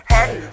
Head